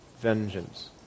vengeance